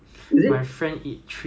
ya then 那个 scoop right is like